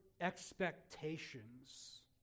expectations